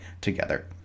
together